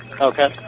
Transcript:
Okay